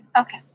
Okay